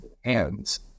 hands